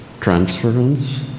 Transference